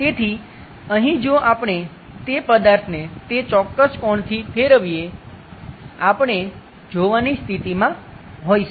તેથી અહીં જો આપણે તે પદાર્થને તે ચોક્કસ કોણથી ફેરવીએ આપણે જોવાની સ્થિતિમાં હોઈશું